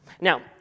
Now